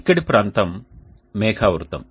ఇక్కడి ప్రాంతం మేఘావృతం